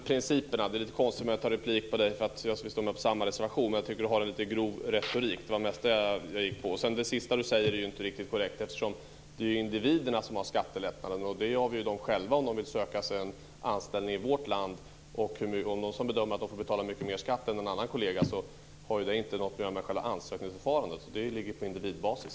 Herr talman! Vi är överens om principen. Det är lite konstigt att ta replik för vi står på samma reservation. Jag tyckte att det var lite grov retorik, och det är mest det jag gick på. Det senaste Schlaug sade är inte riktigt korrekt. Det är ju individerna som får skattelättnader. De avgör själva om de vill söka anställning i vårt land. Om de bedömer att de får betala mycket mer skatt än någon annan kollega har det ingenting med själva ansökningsförfarandet att göra. Det ligger på individbasis.